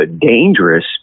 dangerous